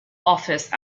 office